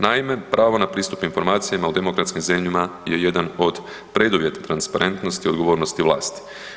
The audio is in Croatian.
Naime, pravo na pristup informacijama u demokratskim zemljama je jedan od preduvjeta transparentnosti odgovornosti vlasti.